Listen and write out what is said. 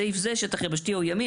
בסעיף הזה שטח יבשתי או ימי,